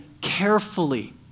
carefully